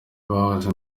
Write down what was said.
bahoze